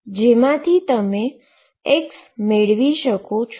જેમાંથી તમે x મેળવી શકો છો